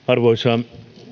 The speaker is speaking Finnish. arvoisa